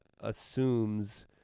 assumes